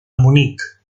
munic